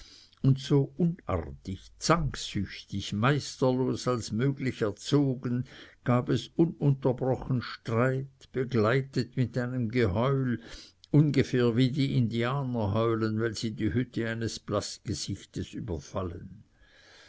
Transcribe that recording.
und so unartig zanksüchtig meisterlos als möglich erzogen gab es ununterbrochenen streit begleitet mit einem geheul ungefähr wie die indianer heulen wenn sie die hütte eines blaßgesichts überfallen